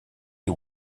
you